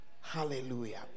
Hallelujah